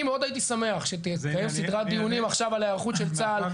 אני הייתי שמח מאוד שתתקיים סדרת דיונים על היערכות צה"ל,